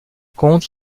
contre